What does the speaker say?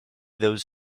those